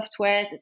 softwares